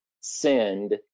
send